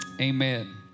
amen